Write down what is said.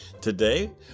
Today